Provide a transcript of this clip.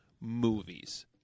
movies